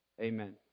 Amen